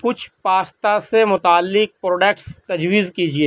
کچھ پاستا سے متعلق پروڈکٹس تجویز کیجیے